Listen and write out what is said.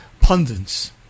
pundits